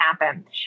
happen